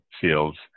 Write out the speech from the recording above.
fields